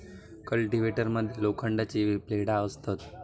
cultivator मध्ये लोखंडाची ब्लेडा असतत